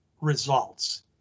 results